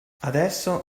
adesso